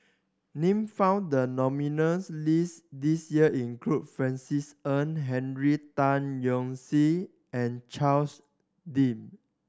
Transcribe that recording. name found the nominees list this year include Francis Ng Henry Tan Yoke See and Charles Dyce